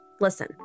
listen